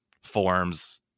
forms